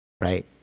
right